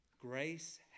Grace